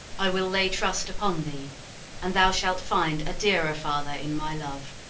i will lay trust upon thee and thou shalt find a dearer father in my love.